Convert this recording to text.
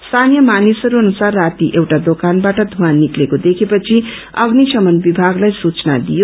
स्थानीय मानिसहरू अनुसार राती एउटा दोक्रानबाट पुर्वाँ निक्लेको देखे पछि अग्नि श्रमन विभाग्लाई सूचना दियो